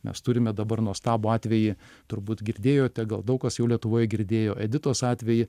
mes turime dabar nuostabų atvejį turbūt girdėjote gal daug kas jau lietuvoje girdėjo editos atvejį